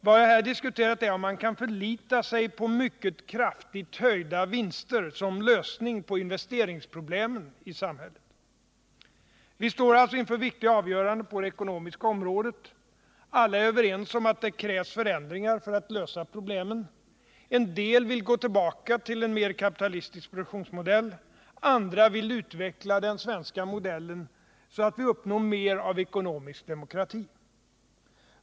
Vad jag här diskuterat är om man kan förlita sig på mycket kraftigt höjda vinster som lösning på investeringsproblemen i samhället. Vi står alltså inför viktiga avgöranden på det ekonomiska området. Alla är överens om att det krävs förändringar för att lösa problemen. En del vill gå tillbaka till en mer kapitalistisk produktionsmodell. Andra vill utveckla den svenska modellen, så att vi uppnår mer av ekonomisk demokrati.